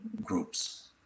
groups